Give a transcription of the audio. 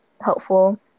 helpful